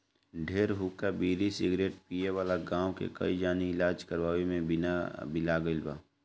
ढेर हुक्का, बीड़ी, सिगरेट पिए वाला गांव के कई जानी इलाज करवइला में बिला गईल लोग